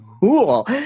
cool